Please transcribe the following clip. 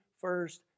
first